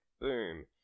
Boom